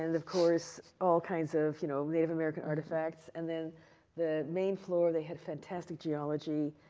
and of course, all kinds of, you know, native american artifacts. and then the main floor, they had fantastic geology.